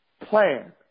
Plan